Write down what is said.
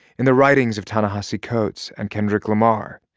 in the writings of ta-nehisi coates and kendrick lamar.